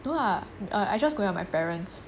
no lah err I just going out my parents